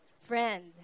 friend